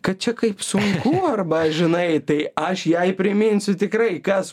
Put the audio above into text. kad čia kaip sunku arba žinai tai aš jai priminsiu tikrai kas